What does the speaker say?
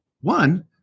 One